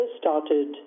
started